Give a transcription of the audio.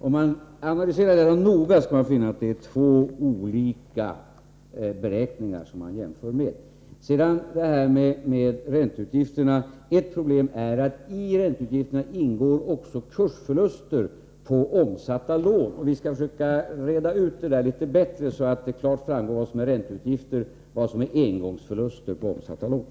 Om man analyserar detta noga skall man finna att det är två olika beräkningar som man jämför med. Sedan räntorna: Ett problem är att i ränteutgifterna ingår också kursförluster på omsatta lån. Vi skall försöka reda ut detta litet bättre, så att det klart framgår vad som är ränteutgifter och vad som är engångsförluster på omsatta lån.